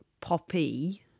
Poppy